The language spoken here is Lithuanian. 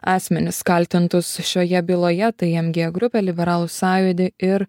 asmenis kaltintus šioje byloje tai mg grupę liberalų sąjūdį ir